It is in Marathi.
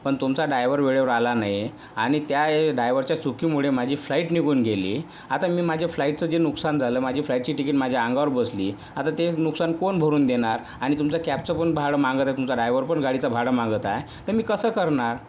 पण तुमचा डायव्हर वेळेवर आला नाही आणि त्या डायव्हरच्या चुकीमुळे माझी फ्लाइट निघून गेली आता मी माझ्या फ्लाइटचं जे नुकसान झालं माझी फ्लाइटची टिकीट माझ्या अंगावर बसली आता ते नुकसान कोण भरून देणार आणि तुमच्या कॅबचं पण भाडं मागत आहे तुमचा डायव्हर पण गाडीचं भाडं मागत आहे तर मी कसं करणार